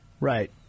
Right